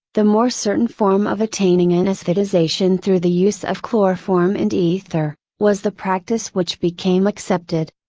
the more certain form of attaining anesthetization through the use of chloroform and ether, was the practice which became accepted.